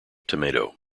tomato